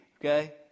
Okay